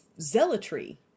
zealotry